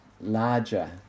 larger